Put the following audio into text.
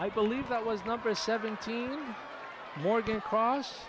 i believe that was number seventeen morgan cross